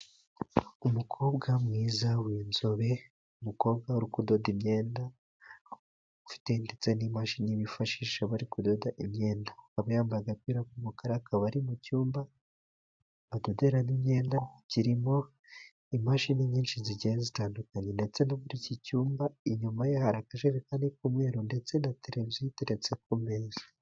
Umukobwa mwiza w'inzobe, umukobwa uri kudoda imyenda, ufite ndetse n'imashini bifashisha bari kudoda imyenda. Akaba yambaye agapira k'umukara, aka bari mu cyumba adoderamo imyenda, kirimo imashini nyinshi zigiye zitandukanye. Ndetse no muri iki cyumba inyuma ye, hari akajekani k'umweru ndetse na tereviziyo iteretse ku meza.